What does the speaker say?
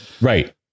Right